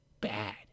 bad